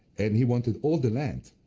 and he wanted all the land,